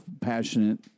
passionate